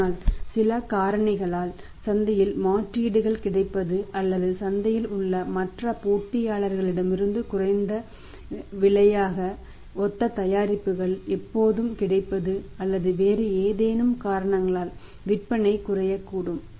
ஆனால் சில காரணிகளால் சந்தையில் மாற்றீடுகள் கிடைப்பது அல்லது சந்தையில் உள்ள மற்ற போட்டியாளர்களிடமிருந்து குறைந்த விலையாக ஒத்த தயாரிப்புகள் எப்போதாவது கிடைப்பது அல்லது வேறு ஏதேனும் காரணங்களால் விற்பனை குறையக்கூடும்